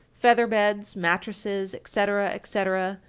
feather beds, mattresses, etc, etc,